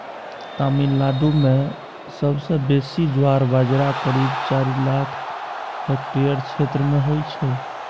तमिलनाडु मे सबसँ बेसी ज्वार बजरा करीब चारि लाख हेक्टेयर क्षेत्र मे होइ छै